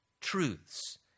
truths